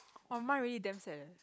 !wah! mine really damn sad eh